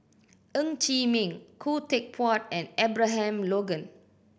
Ng Chee Meng Khoo Teck Puat and Abraham Logan